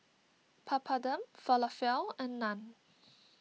Papadum Falafel and Naan